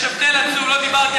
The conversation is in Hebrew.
יש הבדל עצום.